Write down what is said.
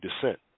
descent